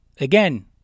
again